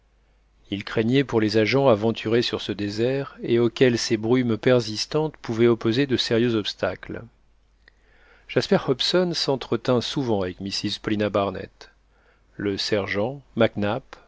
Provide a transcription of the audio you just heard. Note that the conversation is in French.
il craignait pour les agents aventurés sur ce désert et auxquels ces brumes persistantes pouvaient opposer de sérieux obstacles jasper hobson s'entretint souvent avec mrs paulina barnett le sergent mac nap